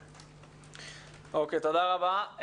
אוקיי, תודה רבה.